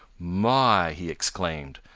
my! he exclaimed,